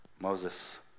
Moses